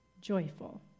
joyful